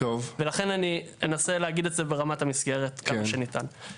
לכן אני אנסה להגיד את זה ברמת המסגרת כמה שניתן.